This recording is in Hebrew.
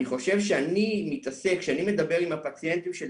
אני חושב כשאני מדבר עם הפציינטים שלי